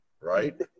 Right